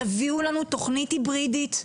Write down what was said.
תביאו לנו תוכנית היברידית,